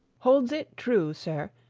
holds it true, sir,